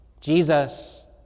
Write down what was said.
Jesus